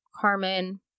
Carmen